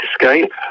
escape